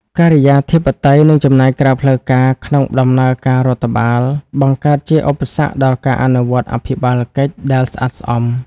ការិយាធិបតេយ្យ និងចំណាយក្រៅផ្លូវការក្នុងដំណើរការរដ្ឋបាល បង្កើតជាឧបសគ្គដល់ការអនុវត្តអភិបាលកិច្ចដែលស្អាតស្អំ។